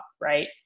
right